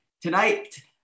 tonight